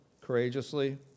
courageously